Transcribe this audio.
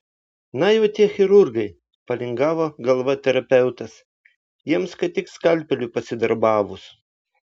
na jau tie chirurgai palingavo galvą terapeutas jiems kad tik skalpeliu pasidarbavus